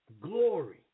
glory